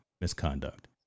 misconduct